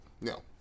no